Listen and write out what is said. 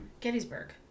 gettysburg